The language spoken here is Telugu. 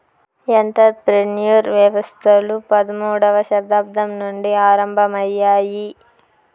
ఎంటర్ ప్రెన్యూర్ వ్యవస్థలు పదమూడవ శతాబ్దం నుండి ఆరంభమయ్యాయి